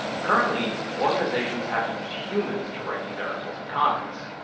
currently, organizations have to use humans to write these articles and comments.